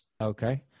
Okay